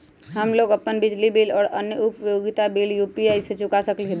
हम लोग अपन बिजली बिल और अन्य उपयोगिता बिल यू.पी.आई से चुका सकिली ह